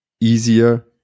easier